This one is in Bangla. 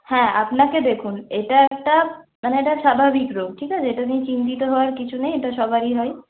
হ্যাঁ আপনাকে দেখুন এটা একটা মানে এটা স্বাভাবিক রোগ ঠিক আছে এটা নিয়ে চিন্তিত হওয়ার কিছু নেই এটা সবারই হয়